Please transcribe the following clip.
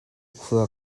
khua